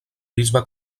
bisbe